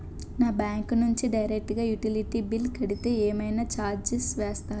నా బ్యాంక్ నుంచి డైరెక్ట్ గా యుటిలిటీ బిల్ కడితే ఏమైనా చార్జెస్ వేస్తారా?